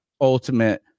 ultimate